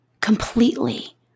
completely